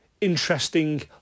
interesting